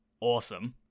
awesome